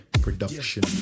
production